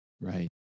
Right